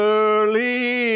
early